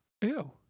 ew